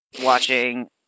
watching